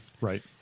Right